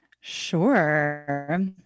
Sure